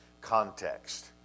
context